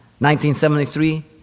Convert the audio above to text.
1973